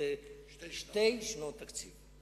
לשתי שנות תקציב.